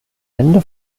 ende